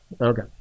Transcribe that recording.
Okay